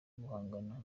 guhangana